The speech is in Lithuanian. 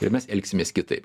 ir mes elgsimės kitaip